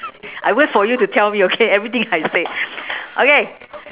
I wait for you to tell me okay everything I say okay